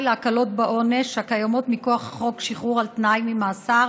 להקלות בעונש הקיימות מכוח חוק שחרור על תנאי ממאסר,